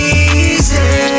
easy